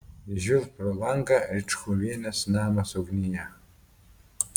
žvilgt pro langą ričkuvienės namas ugnyje